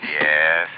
Yes